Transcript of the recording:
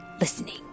listening